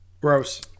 Gross